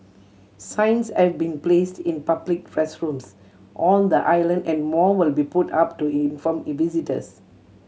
signs have been placed in public restrooms on the island and more will be put up to inform E visitors